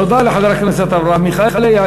תודה לחבר הכנסת אברהם מיכאלי.